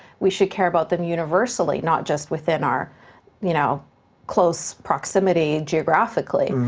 we should care about them universally, not just within our you know close proximity geographically.